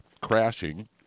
crashing